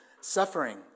suffering